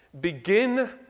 begin